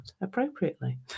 appropriately